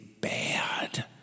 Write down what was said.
bad